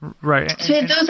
Right